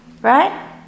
Right